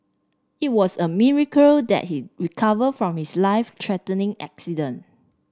it was a miracle that he recovered from his life threatening accident